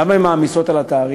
למה הן מעמיסות על התעריף?